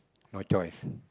no choice